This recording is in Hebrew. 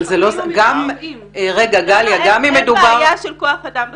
לנו אין בעיה של כוח אדם בתביעה.